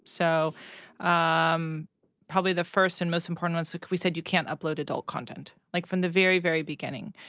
so ah um probably the first and most important ones, we said you can't upload adult content. like, from the very, very beginning.